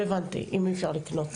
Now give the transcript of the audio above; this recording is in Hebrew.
לא הבנתי, אם אי אפשר לקנות.